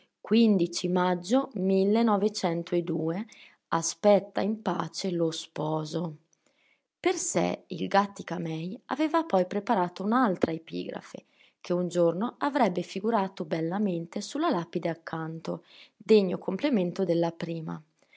ago io er sé il gàttica-mei aveva poi preparato un'altra epigrafe che un giorno avrebbe figurato bellamente su la lapide accanto degno complemento della prima